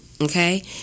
okay